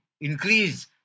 increase